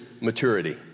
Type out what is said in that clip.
maturity